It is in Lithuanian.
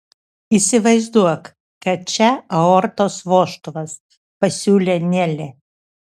įsivaizduok kad čia aortos vožtuvas pasiūlė nelė